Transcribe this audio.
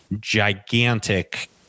gigantic